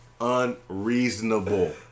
unreasonable